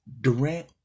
Durant